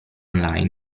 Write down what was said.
online